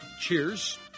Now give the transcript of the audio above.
cheers